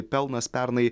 pelnas pernai